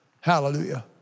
Hallelujah